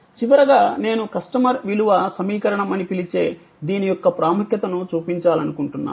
చివరగా నేను కస్టమర్ విలువ సమీకరణం అని పిలిచే దీని యొక్క ప్రాముఖ్యతను చూపించాలనుకుంటున్నాను